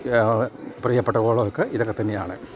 പ്രിയപ്പെട്ട കോളമൊക്കെ ഇതൊക്കെ തന്നെയാണ്